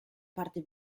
parte